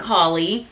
Holly